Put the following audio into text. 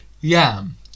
Yam